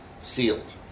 sealed